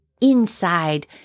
inside